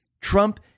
Trump